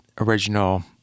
original